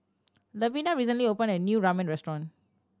Levina recently opened a new Ramen Restaurant